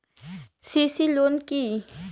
CC loan কি?